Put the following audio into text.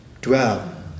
dwell